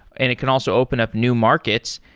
and it can also open up new markets,